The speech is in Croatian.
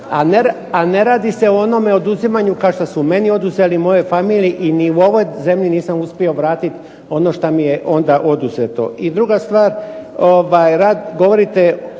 a ne radi se o onom oduzimanje kao što su meni oduzeli i mojoj familiji. I ni ovoj zemlji nisam uspio vratiti ono što mi je oduzeto. I druga stvar. govorite